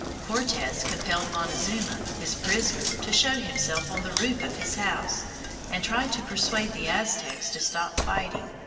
cortes compelled montezuma, his prisoner, to show himself on the roof of his house and try to persuade the aztecs to stop fighting.